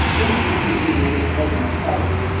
in an interview with meghan kelly.